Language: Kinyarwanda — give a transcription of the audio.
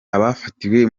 abafatiwe